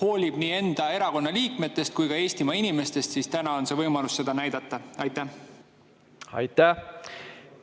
hoolib nii enda erakonna liikmetest kui ka Eestimaa inimestest, siis täna on see võimalus seda näidata. Aitäh! Aitäh!